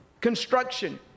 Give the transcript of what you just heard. construction